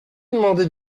demandez